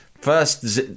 first